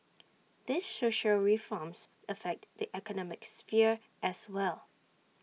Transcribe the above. these social reforms affect the economic sphere as well